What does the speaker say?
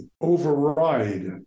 override